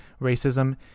racism